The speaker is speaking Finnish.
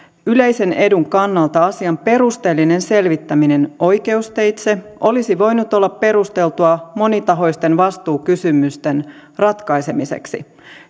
yleisen edun kannalta asian perusteellinen selvittäminen oikeusteitse olisi voinut olla perusteltua monitahoisten vastuukysymysten ratkaisemiseksi